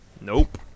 Nope